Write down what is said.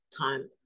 time